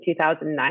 2009